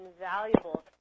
invaluable